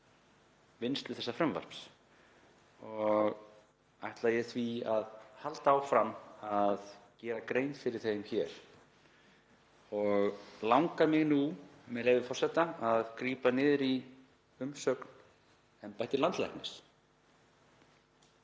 vinnslu þessa frumvarps. Ætla ég því að halda áfram að gera grein fyrir þeim hér og langar mig nú, með leyfi forseta, að grípa niður í umsögn embættis landlæknis: